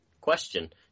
Question